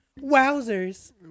Wowzers